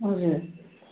हजुर